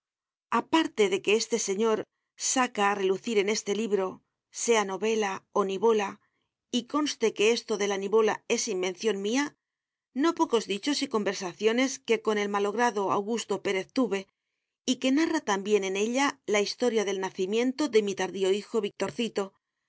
aparte de que este señor saca a relucir en este libro sea novela ó ni bola y conste que esto de la nivola es invención mía no pocos dichos y conversaciones que con el malogrado augusto pérez tuve y que narra también en ella la historia del nacimiento de mi tardío hijo victorcito